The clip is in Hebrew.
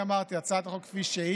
אז אני אמרתי: הצעת החוק כפי שהיא,